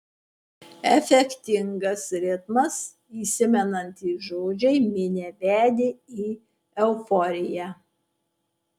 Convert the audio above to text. efektingas ritmas įsimenantys žodžiai minią vedė į euforiją